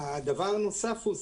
הדבר הנוסף,